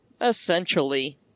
essentially